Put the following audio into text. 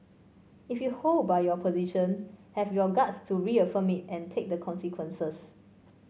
if you hold by your position have your guts to reaffirm it and take the consequences